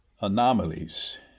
anomalies